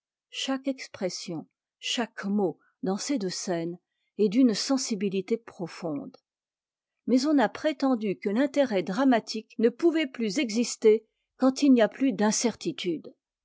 chaque expression chaque mot dans ces deux scènes est d'une sensibilité profonde mais on a prétendu que l'intérêt dramatique ne pouvait plus exister quand il n'y a plus d'incertitude